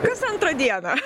kas antrą dieną